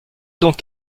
donc